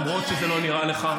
למרות שזה לא נראה לך.